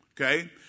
okay